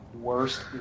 worst